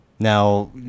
now